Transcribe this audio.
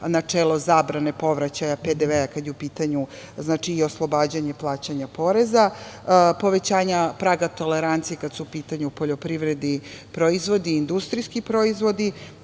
načelo zabrane povraćaja PDV-a kada je u pitanju oslobađanje plaćanja poreza, povećanja praga tolerancije kada su u pitanju poljoprivredni proizvodi i industrijski proizvodi,